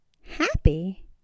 happy